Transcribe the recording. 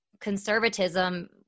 conservatism